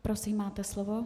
Prosím, máte slovo.